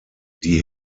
die